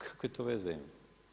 Kakve to veze ima?